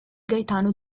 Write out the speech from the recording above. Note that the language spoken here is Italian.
gaetano